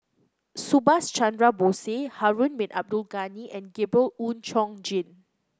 Subhas Chandra Bose Harun Bin Abdul Ghani and Gabriel Oon Chong Jin